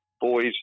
boys